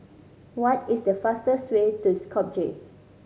what is the fastest way to Skopje